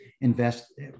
invest